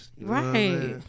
right